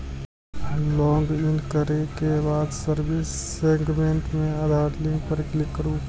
login करै के बाद सर्विस सेगमेंट मे आधार लिंक पर क्लिक करू